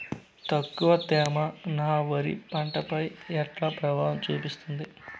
తక్కువ తేమ నా వరి పంట పై ఎట్లా ప్రభావం చూపిస్తుంది?